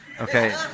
Okay